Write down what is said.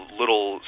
little